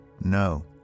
No